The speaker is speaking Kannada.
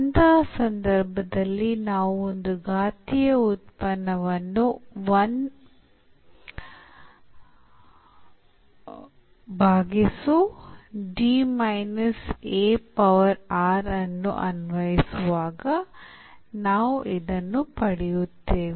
ಅಂತಹ ಸಂದರ್ಭದಲ್ಲಿ ನಾವು ಒಂದು ಘಾತೀಯ ಉತ್ಪನ್ನವನ್ನು 1 ಭಾಗಿಸು D minus a power r ಅನ್ನು ಅನ್ವಯಿಸುವಾಗ ನಾವು ಇದನ್ನು ಪಡೆಯುತ್ತೇವೆ